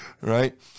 right